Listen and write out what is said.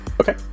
Okay